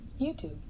YouTube